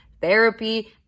therapy